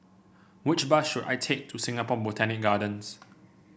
which bus should I take to Singapore Botanic Gardens